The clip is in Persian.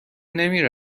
نمی